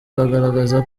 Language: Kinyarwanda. kugaragaza